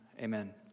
amen